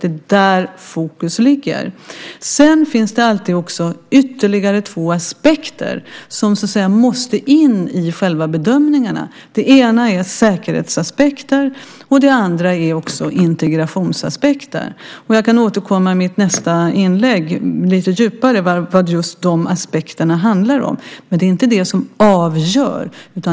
Det är där fokus ligger. Det finns alltid ytterligare två aspekter som måste in i själva bedömningarna. Det ena är säkerhetsaspekter. Det andra är integrationsaspekter. Jag kan återkomma i mitt nästa inlägg lite djupare om vad just de aspekterna handlar om. Men det är inte det som avgör.